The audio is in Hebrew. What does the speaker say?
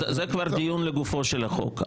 זה כבר דיון לגופו של החוק.